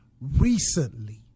recently